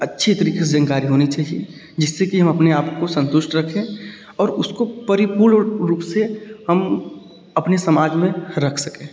अच्छे तरीक़े से जानकारी होनी चाहिए जिससे कि हम अपने आप को संतुष्ट रखें और उसको परिपूर्ण रुप से हम अपने समाज में रख सकें